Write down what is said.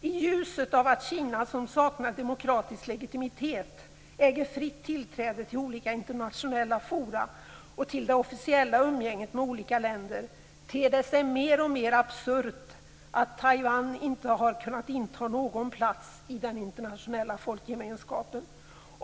I ljuset av att Kina, som saknar demokratisk legitimitet, har fritt tillträde till olika internationella forum och till det officiella umgänget med olika länder, ter det sig mer och mer absurt att Taiwan inte har kunnat inta någon plats i den internationella folkgemenskapen.